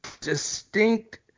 distinct –